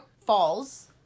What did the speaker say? falls